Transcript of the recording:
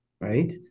right